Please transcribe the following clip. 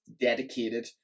dedicated